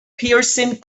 piercing